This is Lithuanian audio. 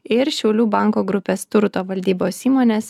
ir šiaulių banko grupės turto valdybos įmonės